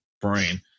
brain